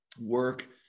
work